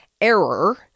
error